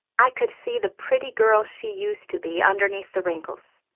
i could see the pretty girl she used to be underneath the wrinkles.